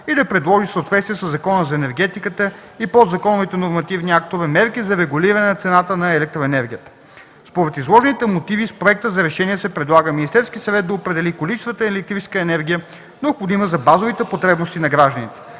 и да предложи в съответствие със Закона за енергетиката и подзаконовите нормативни актове мерки за регулиране цената на електроенергията. Според изложените мотиви в проекта за решение се предлага Министерският съвет да определи количествата електрическа енергия, необходима за базовите потребности на гражданите.